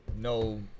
no